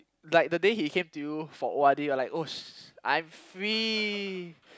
like the day he came to you for O_R_D ah like oh sh~ I'm free